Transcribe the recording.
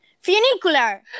funicular